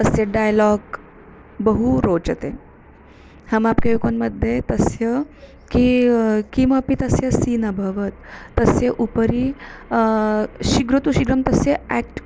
तस्य डैलाग् बहु रोचते हमाप्के है कोन् मध्ये तस्य किं किमपि तस्य सीन् अभवत् तस्य उपरि शीघ्रं तु शीघ्रं तस्य याक्ट्